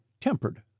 tempered